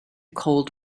cold